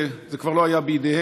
זה כבר לא היה בידיהם,